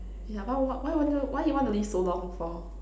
yeah what what why you want to why you want to live so long for